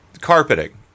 carpeting